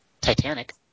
Titanic